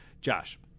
Josh